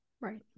Right